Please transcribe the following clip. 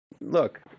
Look